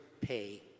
pay